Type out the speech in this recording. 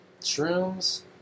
shrooms